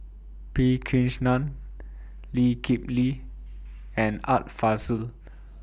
P Krishnan Lee Kip Lee and Art Fazil